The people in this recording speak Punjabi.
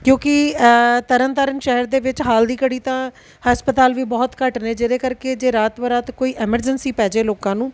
ਕਿਉਂਕਿ ਤਰਨ ਤਾਰਨ ਸ਼ਹਿਰ ਦੇ ਵਿੱਚ ਹਾਲ ਦੀ ਘੜੀ ਤਾਂ ਹਸਪਤਾਲ ਵੀ ਬਹੁਤ ਘੱਟ ਨੇ ਜਿਹਦੇ ਕਰਕੇ ਜੇ ਰਾਤ ਬਰਾਤ ਕੋਈ ਐਮਰਜੰਸੀ ਪੈ ਜਾਵੇ ਲੋਕਾਂ ਨੂੰ